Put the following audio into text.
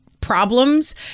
problems